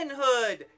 hood